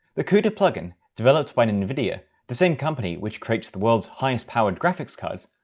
the cuda plugin, developed by nvidia the same company which creates the world's highest-powered graphics cards,